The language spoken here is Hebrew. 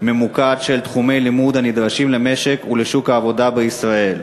ממוקד של תחומי לימוד הנדרשים למשק ולשוק העבודה בישראל,